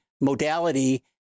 modality